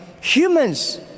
Humans